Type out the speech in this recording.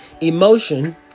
Emotion